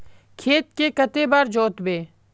खेत के कते बार जोतबे?